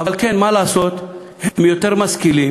אבל כן, מה לעשות, הם יותר משכילים.